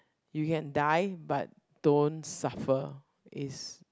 you can die but don't suffer is